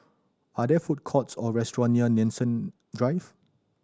are there food courts or restaurant near Nanson Drive